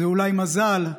זה אולי מזל,